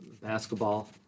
basketball